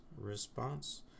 RESPONSE